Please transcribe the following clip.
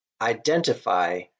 Identify